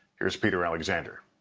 here is peter alexander.